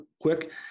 quick